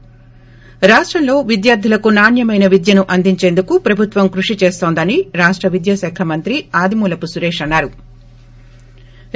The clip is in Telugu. ి రాష్టంలో విద్యార్థులకు నాణ్యమైన విద్యను అందించేందుకు ప్రభుత్వం కృషి చేన్తోందని రాష్ట విద్యా శాఖ మంత్రి ఆదిమూలపు సురేష్ అన్నారు